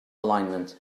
alignment